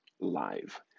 live